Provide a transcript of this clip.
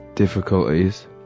difficulties